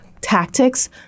tactics